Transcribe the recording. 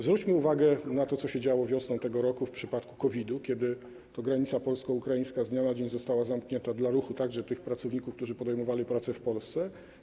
Zwróćmy uwagę na to, co się działo wiosną tego roku w przypadku COVID-u, kiedy to granica polsko-ukraińska z dnia na dzień została zamknięta dla ruchu także tych pracowników, którzy podejmowali pracę w Polsce.